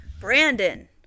Brandon